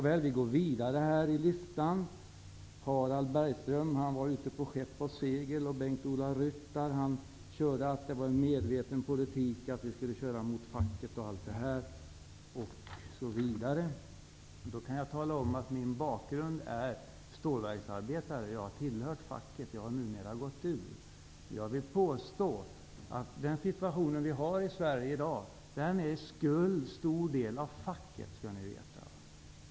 Vidare på listan av inlägg: Harald Bergström var inne på skepp och segel, och Bengt-Ola Ryttar menade att vi har en medveten politik att gå emot facket. Jag kan tala om att min yrkesbakgrund är stålverksarbetarens och att jag har tillhört facket, men att jag numera har gått ut ur det. Jag vill påstå att skulden för den situation som vi har i Sverige i dag till stor del ligger hos facket.